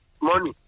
money